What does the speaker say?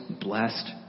blessed